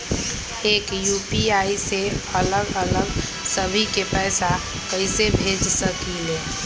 एक यू.पी.आई से अलग अलग सभी के पैसा कईसे भेज सकीले?